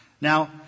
Now